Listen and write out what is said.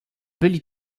byli